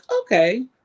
okay